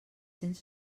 cents